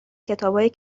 کتابای